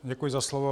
Děkuji za slovo.